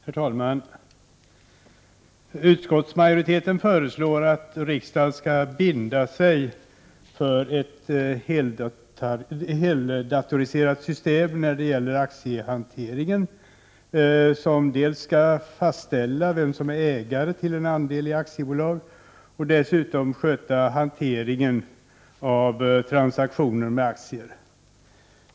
Herr talman! Utskottsmajoriteten föreslår att riksdagen skall binda sig för ett heldatoriserat system när det gäller aktiehanteringen som fastställer vem som är ägare till en andel i aktiebolag och dessutom sköter hanteringen av transaktioner med aktier.